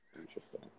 Interesting